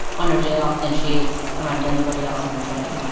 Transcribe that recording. on her day off than she is around anybody else on the train.